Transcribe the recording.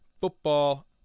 football